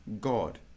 God